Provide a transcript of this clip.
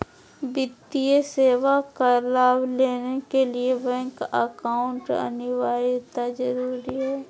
वित्तीय सेवा का लाभ लेने के लिए बैंक अकाउंट अनिवार्यता जरूरी है?